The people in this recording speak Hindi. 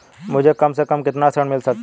मुझे कम से कम कितना ऋण मिल सकता है?